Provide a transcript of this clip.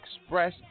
express